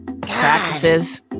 Practices